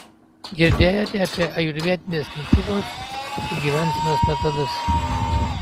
girdėjote apie ajurvedinės mitybos ir gyvensenos metodus